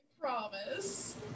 promise